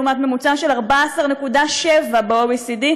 לעומת ממוצע של 14.7 ב-OECD.